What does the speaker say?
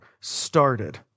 started